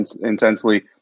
intensely